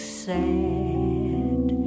sad